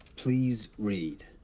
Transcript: please read.